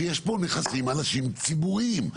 שיש פה אנשים ציבוריים,